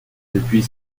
depuis